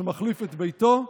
שמחליף את ביתו,